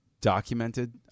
documented